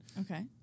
Okay